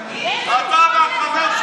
לדמוקרטיה.